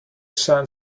sun